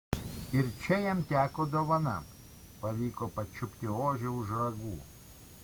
ir čia jam teko dovana pavyko pačiupti ožį už ragų